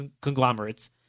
conglomerates